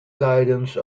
guidance